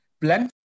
blend